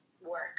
work